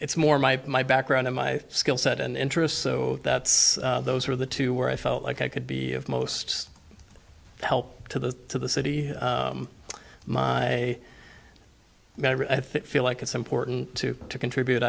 it's more my my background of my skill set and interest so that's those are the two where i felt like i could be of most help to the to the city i think feel like it's important to to contribute